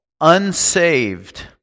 unsaved